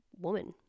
woman